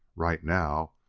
right now,